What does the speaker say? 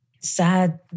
sad